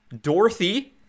Dorothy